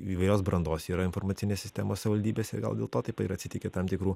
įvairios brandos yra informacinės sistemos savaldybėse gal dėl to taip atsitikę tam tikrų